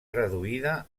reduïda